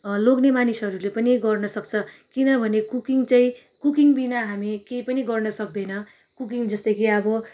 लोग्ने मानिसहरूले पनि गर्न सक्छ किनभने कुकिङ चाहिँ कुकिङबिना हामी केही पनि गर्न सक्दैन कुकिङ जस्तै कि अब